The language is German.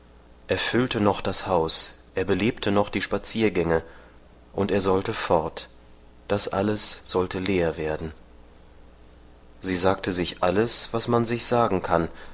füllte noch das haus er belebte noch die spaziergänge und er sollte fort das alles sollte leer werden sie sagte sich alles was man sich sagen kann